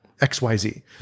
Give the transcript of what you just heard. XYZ